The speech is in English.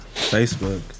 Facebook